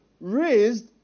raised